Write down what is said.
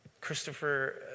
Christopher